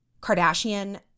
Kardashian